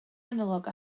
analog